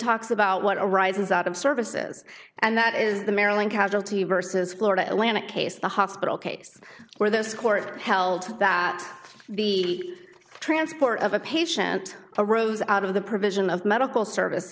talks about what arises out of services and that is the maryland casualty vs florida atlantic case the hospital case where this court held that the transport of a patient arose out of the provision of medical service